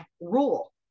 rule